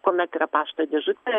kuomet yra pašto dežutė